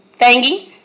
thingy